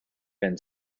been